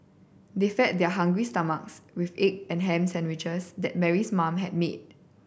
they fed their hungry stomachs with egg and ham sandwiches that Mary's mother had made